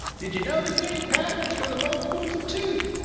did you notice any patterns for the multiples of two?